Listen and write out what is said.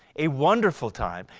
a wonderful time,